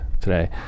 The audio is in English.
today